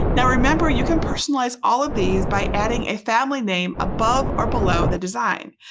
now, remember you can personalize all of these by adding a family name above or below the design.